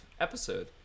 episode